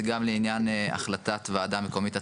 גם לעניין החלטת וועדה מקומית עצמאית.